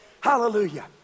Hallelujah